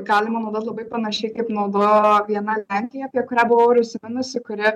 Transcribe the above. galima naudot labai panašiai kaip naudojo viena lenkija apie kurią buvau ir užsiminusi kuri